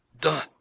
Done